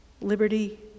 liberty